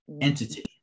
entity